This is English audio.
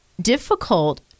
difficult